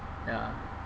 ya